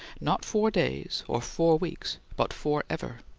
not four days or four weeks, but forever.